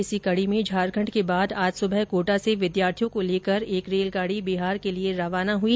इसी कड़ी में झारखण्ड़ के बाद आज सुबह कोटा से विद्यार्थियों को लेकर एक रेलगाड़ी बिहार के लिए रवाना हुई